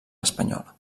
espanyola